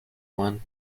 one